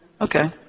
Okay